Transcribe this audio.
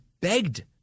begged